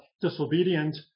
disobedient